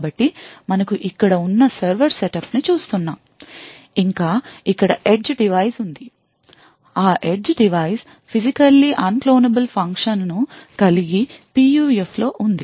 కాబట్టి మనకు ఇక్కడ ఉన్న సర్వర్ సెటప్ ని చూస్తున్నాం ఇంకా ఇక్కడ edge డివైస్ ఉంది ఆ edge డివైస్ ఫిజికల్లీ అన్క్లోనబుల్ ఫంక్షన్ను కలిగి PUF లో ఉంది